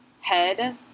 head